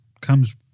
comes